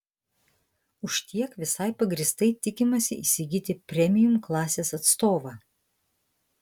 už tiek visai pagrįstai tikimasi įsigyti premium klasės atstovą